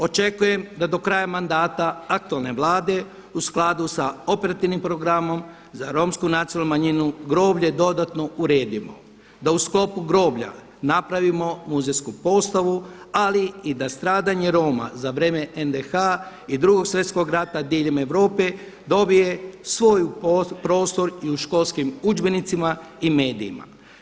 Očekujem da do kraja mandata aktualne Vlade u skladu sa operativnim programom za Romsku nacionalnu manjinu groblje dodatno uredimo, da u sklopu groblja napravimo muzejsku postavu ali i da stradanje Roma za vrijeme NDH i Drugog svjetskog rata diljem Europe dobije svoj prostor i u školskim udžbenicima i medijima.